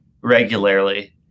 regularly